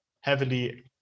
heavily